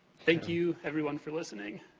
thank you, everyone, for listening.